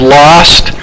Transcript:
lost